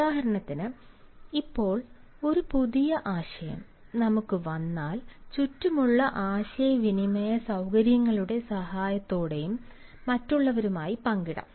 ഉദാഹരണത്തിന് ഇപ്പോൾ ഒരു പുതിയ ആശയം നമുക്ക് വന്നാൽ ചുറ്റുമുള്ള ആശയവിനിമയ സൌകര്യങ്ങളുടെ സഹായത്തോടെയും മറ്റുള്ളവരുമായി പങ്കിടാം